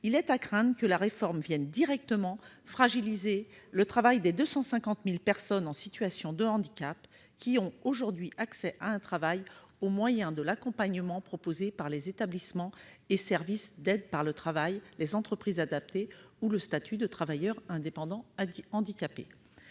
Il est à craindre que la réforme ne vienne directement fragiliser le travail des 250 000 personnes en situation de handicap, qui ont aujourd'hui accès à un travail grâce à l'accompagnement proposé par les établissements et services d'aides par le travail, les entreprises adaptées ou le statut de travailleur indépendant handicapé.